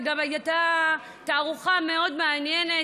וגם הייתה תערוכה מאוד מעניינת,